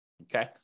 Okay